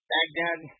Baghdad